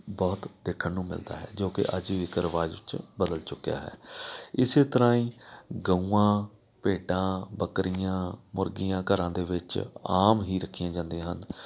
ਬਹੁਤ ਦੇਖਣ ਨੂੰ ਮਿਲਦਾ ਹੈ ਜੋ ਕਿ ਅੱਜ ਵੀ ਇਕ ਰਿਵਾਜ਼ ਵਿਚ ਬਦਲ ਚੁੱਕਿਆ ਹੈ ਇਸ ਤਰ੍ਹਾਂ ਹੀ ਗਊਆਂ ਭੇਡਾਂ ਬੱਕਰੀਆਂ ਮੁਰਗੀਆਂ ਘਰਾਂ ਦੇ ਵਿੱਚ ਆਮ ਹੀ ਰੱਖੀਆਂ ਜਾਂਦੀਆਂ ਹਨ